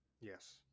yes